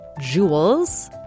Jewels